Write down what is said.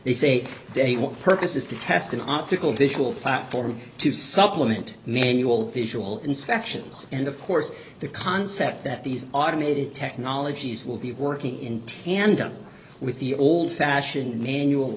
they say they want purpose is to test an optical visual platform to supplement manual visual inspections and of course the concept that these automated technologies will be working in tandem with the old fashioned manual